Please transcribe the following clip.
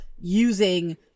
using